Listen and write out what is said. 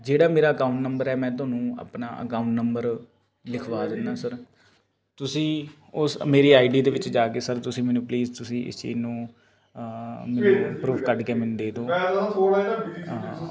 ਜਿਹੜਾ ਮੇਰਾ account number ਹੈ ਮੈਂ ਤੁਹਾਨੂੰ ਆਪਣਾ ਅਕਾਊਂਟ ਨੰਬਰ ਲਿਖਵਾ ਦਿੰਦਾ ਸਰ ਤੁਸੀਂ ਉਸ ਮੇਰੀ ਆਈਡੀ ਦੇ ਵਿੱਚ ਜਾ ਕੇ ਸਰ ਤੁਸੀਂ ਮੈਨੂੰ ਪਲੀਜ਼ ਤੁਸੀਂ ਇਸ ਚੀਜ਼ ਨੂੰ ਪਰੂਫ ਕੱਢ ਕੇ ਮੈਨੂੰ ਦੇ ਦੋ